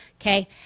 Okay